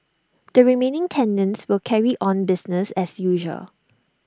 the remaining tenants will carry on business as usual